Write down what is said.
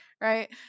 right